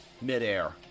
Midair